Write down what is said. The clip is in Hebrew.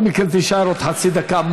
אדוני השר, בכל מקרה תישאר עוד חצי דקה.